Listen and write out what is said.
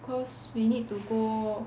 cause we need to go